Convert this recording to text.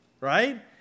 right